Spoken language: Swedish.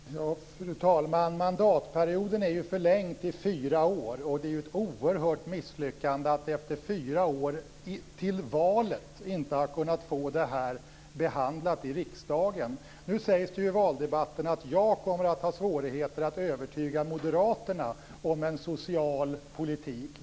Fru talman! Mandatperioden är ju förlängd till fyra år. Det är ett oerhört misslyckande att efter fyra år till valet inte kunnat få detta behandlat i riksdagen. Nu sägs det i valdebatten att jag kommer att ha svårigheter att övertyga moderaterna om en social politik.